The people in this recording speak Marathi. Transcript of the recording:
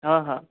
हां हां